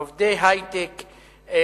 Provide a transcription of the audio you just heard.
עובדי היי-טק,